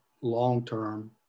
long-term